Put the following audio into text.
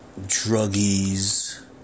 druggies